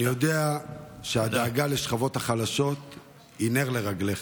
ואני יודע שהדאגה לשכבות החלשות היא נר לרגליך.